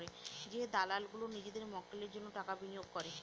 যে দালাল গুলো নিজেদের মক্কেলের জন্য টাকা বিনিয়োগ করে